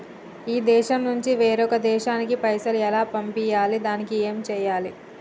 ఈ దేశం నుంచి వేరొక దేశానికి పైసలు ఎలా పంపియ్యాలి? దానికి ఏం చేయాలి?